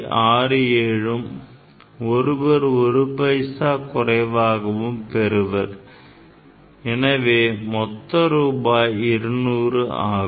67ம் மற்றொருவர் ஒரு பைசா குறைவாகவும் பெறுவர் எனவே மொத்தம் ரூபாய் 200 ஆகும்